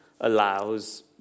allows